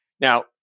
Now